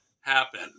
happen